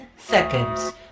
Seconds